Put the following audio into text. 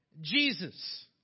Jesus